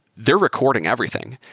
they're recording everything,